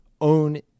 own